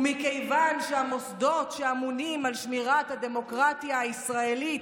ומכיוון שהמוסדות שאמונים על שמירת הדמוקרטיה הישראלית,